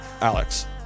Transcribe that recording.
Alex